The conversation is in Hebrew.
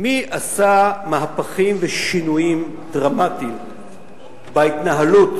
מי עשה מהפכים ושינויים דרמטיים בהתנהלות